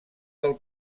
del